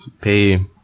pay